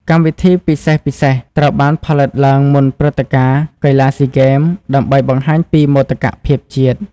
កម្មវិធីពិសេសៗត្រូវបានផលិតឡើងមុនព្រឹត្តិការណ៍ កីឡាស៊ីហ្គេម ដើម្បីបង្ហាញពីមោទកភាពជាតិ។